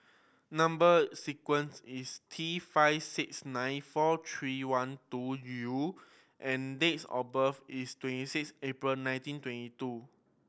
number sequence is T five six nine four three one two U and dates of birth is twenty six April nineteen twenty two